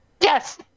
Yes